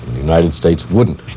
the united states wouldn't.